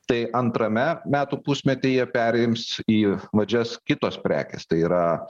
tai antrame metų pusmetyje perims į vadžias kitos prekės tai yra